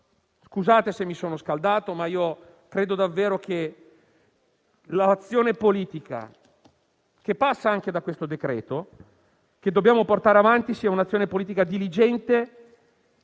scusa se mi sono scaldato, ma io credo davvero che l'azione politica, che passa anche da questo decreto e che noi dobbiamo portare avanti, debba essere diligente